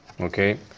Okay